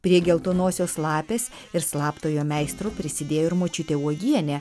prie geltonosios lapės ir slaptojo meistro prisidėjo ir močiutė uogienė